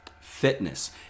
fitness